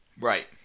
Right